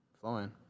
flowing